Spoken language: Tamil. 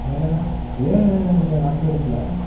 வேறு ஏன் இந்த கரண்டு அடுப்பில்